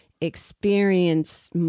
experience